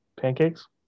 pancakes